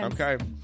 Okay